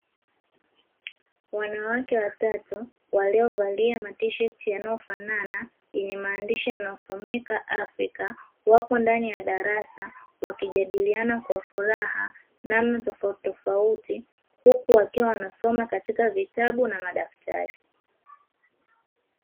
Wanawake watatu waliovalia matisheti yanayofanana yenye maandishi yanaayosomeka "Afrika" wapo ndani ya darasa, wakijadiliana kwa furaha namana tofautitofauti, huku wakiwa wanasoma katika vitabu na madaftari.